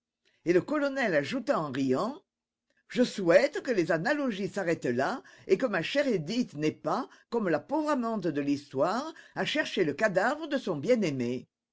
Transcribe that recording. et le colonel ajouta en riant je souhaite que les analogies s'arrêtent là et que ma chère édith n'ait pas comme la pauvre amante de l'histoire à chercher le cadavre de son bien-aimé